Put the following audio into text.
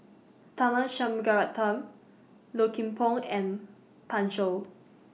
Tharman Shanmugaratnam Low Kim Pong and Pan Shou